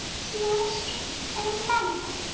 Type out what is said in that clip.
key on a string, and a magnifying